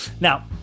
Now